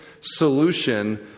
solution